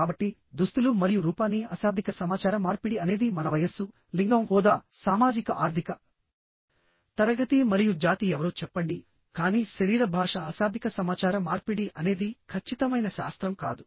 కాబట్టిదుస్తులు మరియు రూపాన్ని అశాబ్దిక సమాచార మార్పిడి అనేది మన వయస్సు లింగం హోదా సామాజిక ఆర్థిక తరగతి మరియు జాతి ఎవరో చెప్పండి కానీ శరీర భాష అశాబ్దిక సమాచార మార్పిడి అనేది ఖచ్చితమైన శాస్త్రం కాదు